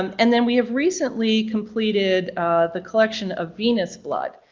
um and then we have recently completed the collection of venous blood.